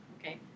Okay